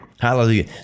Hallelujah